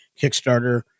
Kickstarter